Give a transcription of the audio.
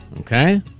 Okay